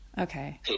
Okay